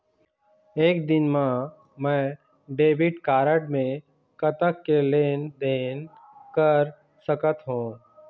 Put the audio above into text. एक दिन मा मैं डेबिट कारड मे कतक के लेन देन कर सकत हो?